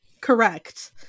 correct